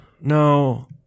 No